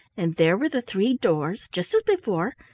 and there were the three doors just as before,